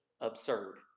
absurd